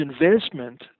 investment